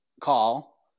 call